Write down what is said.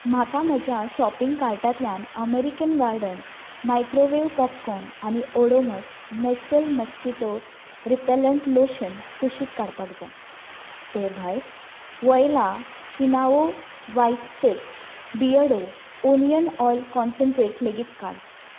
म्हाका म्हज्या शॉपिंग कार्टांतल्यान अमेरिकन गार्डन मायक्रोवेव्ह पॉपकॉर्न आनी Odomos naturals mosquito repellent lotion कुशीक काडपाक जाय ते भायर voila quinoa white seeds Beardo onion oil concentrate लेगीत काड